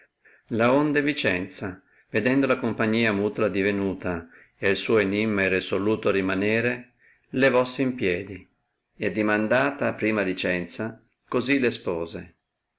perplesso laonde vicenza vedendo la compagnia mutola divenuta e il suo enimma irresoluto rimanere levossi in piedi e addimandata prima vicenza cosí le spose